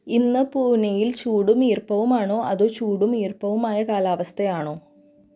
ഇന്ന് പൂനെയിൽ ചൂടും ഈർപ്പവുമാണോ അതോ ചൂടും ഈർപ്പവുമായ കാലാവസ്ഥയാണോ